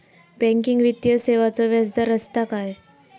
Banking वित्तीय सेवाचो व्याजदर असता काय?